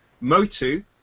Motu